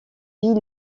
vit